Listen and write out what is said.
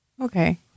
Okay